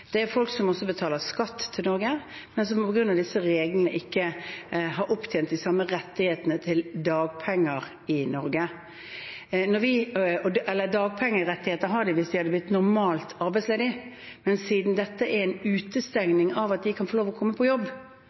Det er folk som også betaler skatt til Norge, men som på grunn av disse reglene ikke har opptjent de samme rettighetene til dagpenger i Norge. Dagpengerettigheter har de hvis de hadde blitt normalt arbeidsledige, men siden dette er en utestengning fra å få lov til å komme på jobb,